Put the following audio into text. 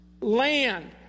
Land